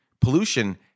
Pollution